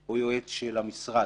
או יועץ של המשרד.